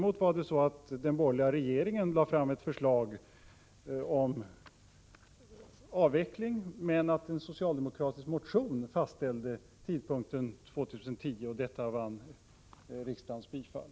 Men när den borgerliga regeringen lade fram ett förslag om avveckling kom en socialdemokratisk motion med förslag om att fastställa tidpunkten till 2010, och detta vann riksdagens bifall.